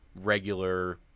regular –